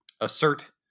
assert